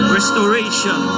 Restoration